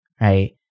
right